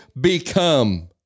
become